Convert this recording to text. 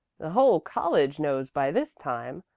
the whole college knows by this time.